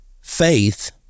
Faith